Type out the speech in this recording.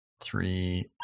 Three